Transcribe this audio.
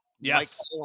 Yes